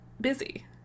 busy